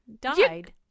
Died